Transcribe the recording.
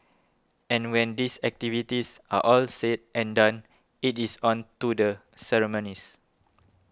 and when these activities are all said and done it is on to the ceremonies